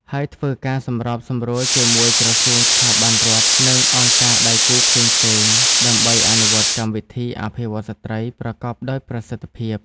ហើយធ្វើការសម្របសម្រួលជាមួយក្រសួង ស្ថាប័នរដ្ឋ និងអង្គការដៃគូផ្សេងៗ ដើម្បីអនុវត្តកម្មវិធីអភិវឌ្ឍន៍ស្ត្រីប្រកបដោយប្រសិទ្ធភាព។